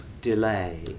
delay